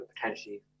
potentially